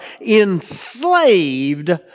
enslaved